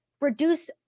reduce